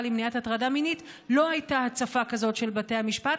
למניעת הטרדה מינית לא הייתה הצפה כזאת של בתי המשפט,